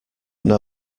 know